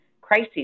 crises